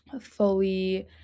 fully